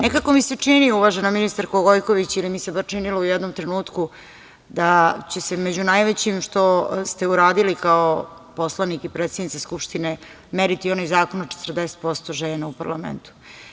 Nekako mi se čini, uvažena ministarko Gojković, ili mi se bar činilo u jednom trenutku da će se među najvećim što ste uradili kao poslanik i predsednica Skupštine meriti onaj zakon o 40% žena u parlamentu.